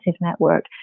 Network